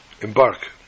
embark